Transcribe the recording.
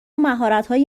مهارتهای